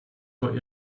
vor